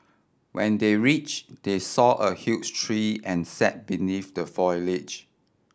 when they reach they saw a huge tree and sat beneath the foliage